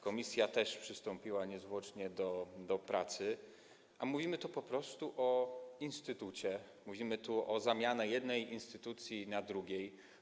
Komisja też przystąpiła niezwłocznie do pracy, a mówimy tu po prostu o instytucie, mówimy o zamianie jednej instytucji na drugą.